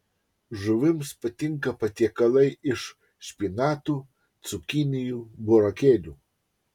žuvims patinka patiekalai iš špinatų cukinijų burokėlių